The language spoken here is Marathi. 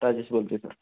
राजेश बोलतो आहे सर